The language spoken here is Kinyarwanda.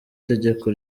tegeko